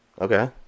Okay